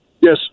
Yes